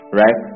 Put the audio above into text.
right